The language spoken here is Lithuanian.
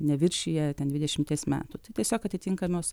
neviršija ten dvidešimties metų tiesiog atitinkamos